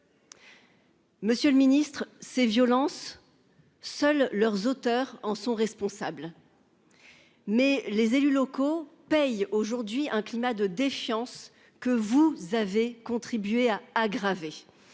Monsieur le Ministre ces violences. Seuls leurs auteurs en sont responsables. Mais les élus locaux paye aujourd'hui un climat de défiance que vous avez contribué à aggraver